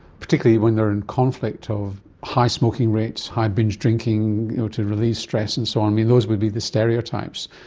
particularly when they are in conflict, of high smoking rates, high binge drinking to release stress and so on, i mean, those would be the stereotypes.